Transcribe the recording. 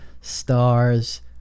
Stars